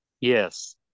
Yes